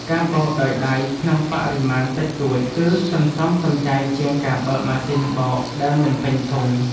ការបោកដោយដៃក្នុងបរិមាណតិចតួច គឺសន្សំសំចៃជាងការបើកម៉ាស៊ីនបោកដែលមិនពេញធុង។